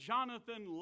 Jonathan